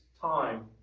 time